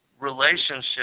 relationship